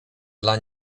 dla